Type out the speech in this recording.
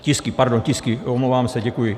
Tisky, pardon, tisky, omlouvám se, děkuji.